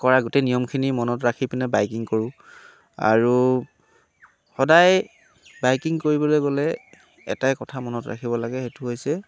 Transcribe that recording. কৰা গোটেই নিয়মখিনি মনত ৰাখি পিনে বাইকিং কৰোঁ আৰু সদায় বাইকিং কৰিবলৈ গ'লে এটাই কথা মনত ৰাখিব লাগে সেইটো হৈছে